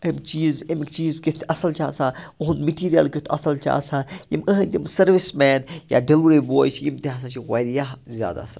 أمۍ چیٖز أمِکۍ چیٖز کِتھ اَصٕل چھِ آسان یُہُنٛد مِٹیٖریَل کیُتھ اَصٕل چھِ آسان یِم یِہٕنٛدۍ یِم سٔروِس مین یا ڈِلؤری بوے چھِ یِم تہِ ہَسا چھِ واریاہ زیادٕ اَصٕل